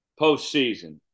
postseason